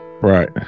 right